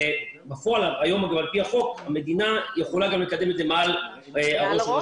יכולה גם לקדם את זה מעל ראש הרשות.